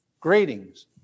greetings